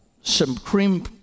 Supreme